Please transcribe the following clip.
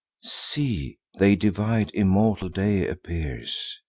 see, they divide immortal day appears,